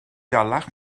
dalach